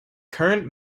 current